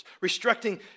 restricting